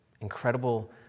incredible